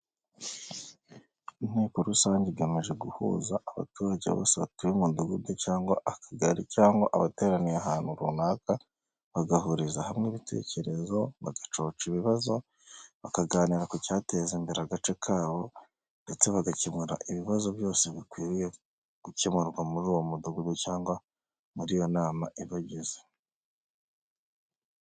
Inteko rusange igamije guhuza abaturage bose batuye umudugudu cyangwa akagari cyangwa abateraniye ahantu runaka bagahuriza hamwe ibitekerezo bagacoca ibibazo bakaganira ku cyateza imbere agace kabo ndetse bagakemura ibibazo byose bikwiriye gukemurwa muri uwo mudugudu cyangwa muri iyo nama ibagize.